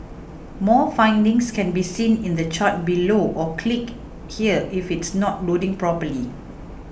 more findings can be seen in the chart below or click here if it's not loading properly